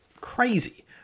crazy